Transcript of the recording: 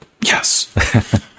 yes